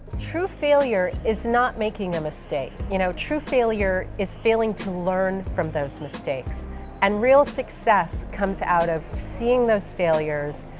true failure is not making a mistake. you know, true failure is failing to learn from those mistakes and real success comes out of seeing those failures,